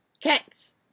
cats